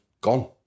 gone